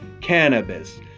cannabis